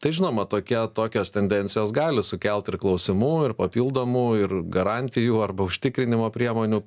tai žinoma tokia tokios tendencijos gali sukelt ir klausimų ir papildomų ir garantijų arba užtikrinimo priemonių